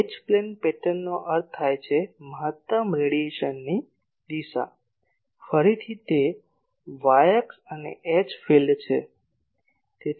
H plane પેટર્નનો અર્થ થાય છે મહત્તમ રેડિયેશનની દિશા ફરીથી તે y અક્ષ અને H ફિલ્ડ છે